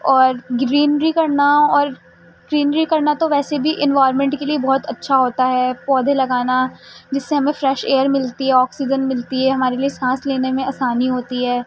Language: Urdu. اور گرینری کرنا اور گرینری کرنا تو ویسے بھی انوارمنٹ کے لیے بہت اچھا ہوتا ہے پودے لگانا جس سے ہمیں فریش ایئر ملتی ہے آکسیجن ملتی ہے ہمارے لیے سانس لینے میں آسانی ہوتی ہے